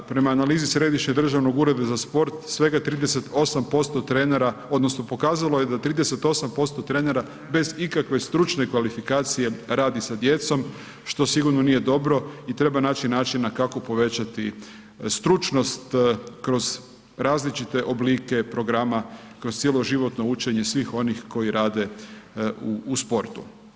Prema analizi središnjeg državnog ureda za sport, svega 38% trenera, odnosno pokazalo je da 38% trenera bez ikakve stručne kvalifikacije radi sa djecom, što sigurno nije dobro i treba naći načina kako povećati stručnost kroz različite oblike programa kroz cjeloživotno učenje svih onih koji rade u sportu.